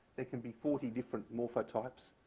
there can be forty different morphotypes.